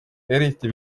eriti